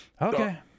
okay